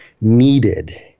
needed